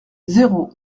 zéro